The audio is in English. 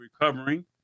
recovering